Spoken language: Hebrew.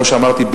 כפי שאמרתי,